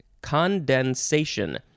condensation